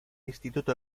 instituto